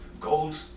gold